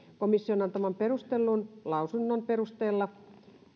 komission antaman perustellun lausunnon perustella